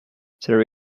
there